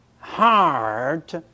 heart